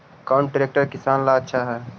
कौन ट्रैक्टर किसान ला आछा है?